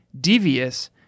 devious